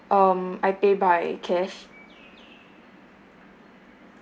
um I pay by cash